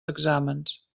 exàmens